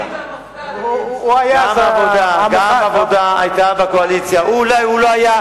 ממשלת שרון השנייה וכל חבריה, לא הייתי